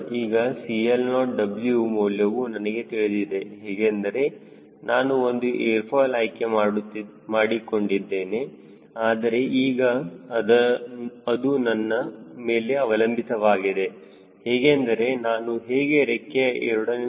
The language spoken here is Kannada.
ಈಗ CL0W ಮೌಲ್ಯವು ನನಗೆ ತಿಳಿದಿದೆ ಹೇಗೆಂದರೆ ನಾನು ಒಂದು ಏರ್ ಫಾಯ್ಲ್ ಆಯ್ಕೆ ಮಾಡಿಕೊಂಡಿದ್ದೇನೆ ಆದರೆ ಈಗ ಅದು ನನ್ನ ಮೇಲೆ ಅವಲಂಬಿತವಾಗಿದೆ ಹೇಗೆಂದರೆ ನಾನು ಹೇಗೆ ರೆಕ್ಕೆಯ a